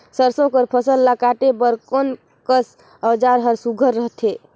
सरसो कर फसल ला काटे बर कोन कस औजार हर सुघ्घर रथे?